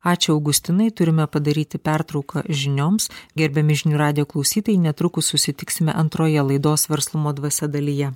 ačiū augustinui turime padaryti pertrauką žinioms gerbiami žinių radijo klausytojai netrukus susitiksime antroje laidos verslumo dvasia dalyje